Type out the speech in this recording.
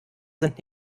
sind